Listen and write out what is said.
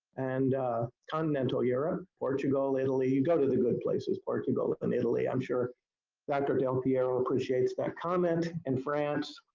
and continental europe, portugal, italy, you go to the good places, portugal, and italy. i'm sure dr. del piero appreciates that comment, and france.